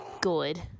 good